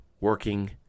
working